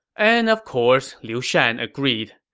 and of course, liu shan agreed.